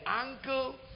uncle